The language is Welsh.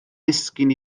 ddisgyn